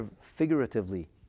figuratively